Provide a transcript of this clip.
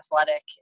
athletic